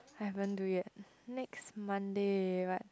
haven't do yet next Monday but